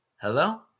Hello